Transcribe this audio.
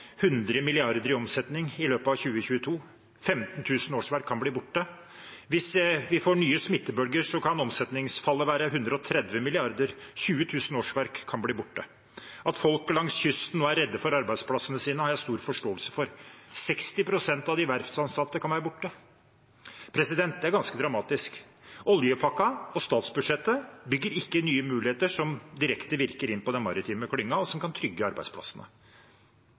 100 mrd. kr i omsetning i løpet av 2022, 15 000 årsverk kan bli borte. Hvis vi får nye smittebølger, kan omsetningsfallet være 130 mrd. kr, 20 000 årsverk kan bli borte. At folk langs kysten nå er redde for arbeidsplassene sine, har jeg stor forståelse for. 60 pst. av arbeidsplassene til de verftansatte kan være borte. Det er ganske dramatisk. Oljepakken og statsbudsjettet bygger ikke nye muligheter som direkte virker inn på den maritime klyngen, og som kan trygge arbeidsplassene.